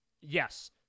Yes